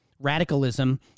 radicalism